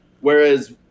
whereas